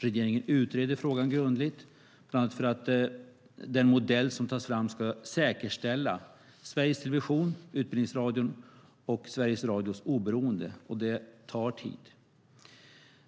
Regeringen utreder frågan grundligt, bland annat för att den modell som tas fram ska säkerställa Sveriges Televisions, Utbildningsradions och Sveriges Radios oberoende, och det tar tid.